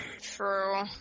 True